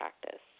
practice